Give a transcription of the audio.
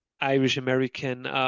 Irish-American